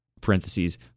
Parentheses